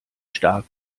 stark